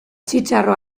txitxarro